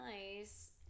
nice